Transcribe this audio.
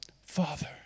Father